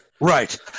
Right